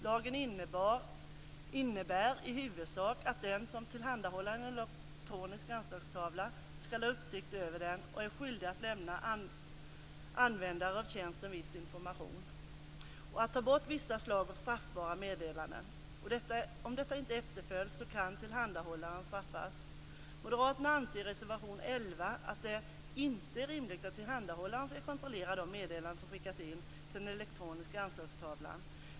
Lagen innebär i huvudsak att den som tillhandahåller en elektronisk anslagstavla skall ha uppsikt över den samt är skyldig att lämna användare av tjänsten en viss information och att ta bort vissa slag av straffbara meddelanden. Om detta inte efterföljs kan tillhandahållaren straffas. Moderaterna anser i reservation 11 att det inte är rimligt att tillhandahållaren skall kontrollera de meddelanden som skickas in till den elektroniska anslagstavlan.